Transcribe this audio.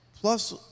plus